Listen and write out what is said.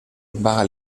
vaga